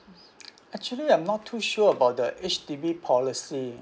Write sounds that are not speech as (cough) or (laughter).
(noise) actually I'm not too sure about the H_D_B policy